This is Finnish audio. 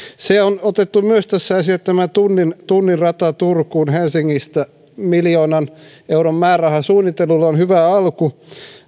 myös tunnin tunnin rata turkuun helsingistä on otettu tässä esille miljoonan euron määräraha suunnittelulle on hyvä alku